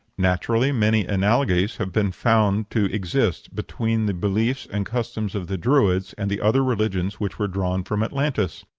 naturally many analogies have been found to exist between the beliefs and customs of the druids and the other religions which were drawn from atlantis.